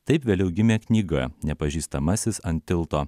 taip vėliau gimė knyga nepažįstamasis ant tilto